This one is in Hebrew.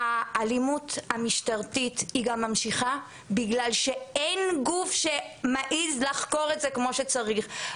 האלימות המשטרתית בגלל שאין גוף שמעז לחקור את זה כמו שצריך.